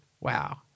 Wow